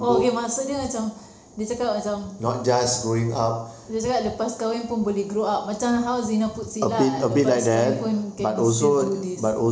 oh okay maksud dia macam dia cakap macam dia cakap lepas kahwin pun boleh grow up macam how zina puts it ah lepas kahwin pun can still do this